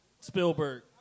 Spielberg